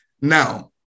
Now